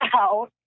out